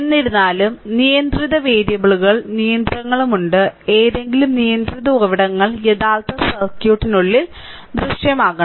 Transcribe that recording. എന്നിരുന്നാലും നിയന്ത്രിത വേരിയബിളുകളിൽ നിയന്ത്രണമുണ്ട് ഏതെങ്കിലും നിയന്ത്രിത ഉറവിടങ്ങൾ യഥാർത്ഥ സർക്യൂട്ടിനുള്ളിൽ ദൃശ്യമാകണം